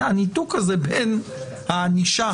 הניתוק הזה בין הענישה,